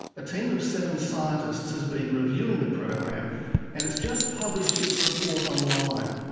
a team of seven scientists has been reviewing the program and it's just published its report online.